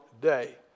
day